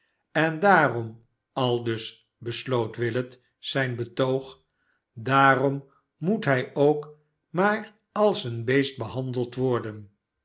en daarom aldus besloot willet zijn betoog daarom moet hij ook maar als een beest behandeld worden